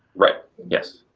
right. yes.